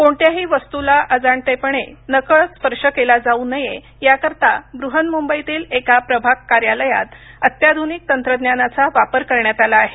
कोणत्याही वस्तूला अजाणतेपणे नकळत स्पर्श केला जाऊ नये याकरिता बृहन मुंबईतील एका प्रभाग कार्यालयात अत्याधुनिक तंत्रज्ञानाचा वापर करण्यात आला आहे